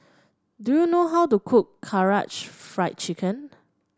do you know how to cook Karaage Fried Chicken